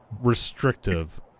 restrictive